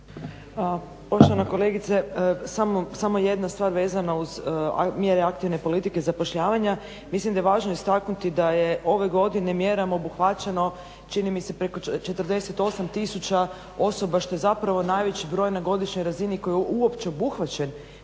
Poštovana kolegice samo jedna stvar vezana uz mjere aktivne politike zapošljavanja, mislim da je važno istaknuti da je ove godine mjerom obuhvaćeno čini mi se preko 48 tisuća osoba što je zapravo najveći broj na godišnjoj razini koji je uopće obuhvaćen